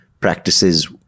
practices